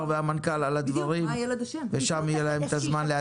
והמנכ"ל על הדברים ושם יהיה להם את הזמן להציג,